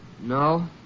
No